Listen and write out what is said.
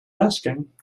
asking